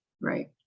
Right